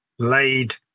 laid